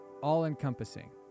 all-encompassing